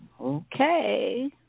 Okay